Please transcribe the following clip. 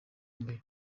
mbere